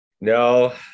No